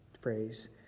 phrase